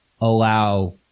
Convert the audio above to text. allow